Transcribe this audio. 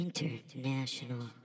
International